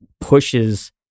pushes